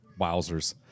Wowzers